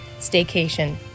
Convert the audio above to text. staycation